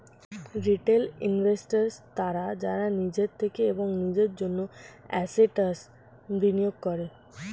retail investors তারা যারা নিজের থেকে এবং নিজের জন্য অ্যাসেট্স্ বিনিয়োগ করে